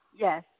Yes